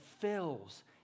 fills